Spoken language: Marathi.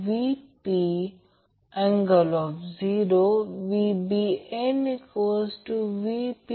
येथे ज्याला आपण हे वायंडीग म्हणतो त्याला आपण स्टॅटिक असे म्हणतो